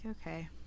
okay